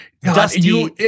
dusty